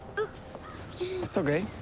oops. that's okay.